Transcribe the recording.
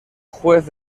juez